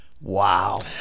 wow